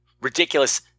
ridiculous